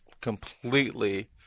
completely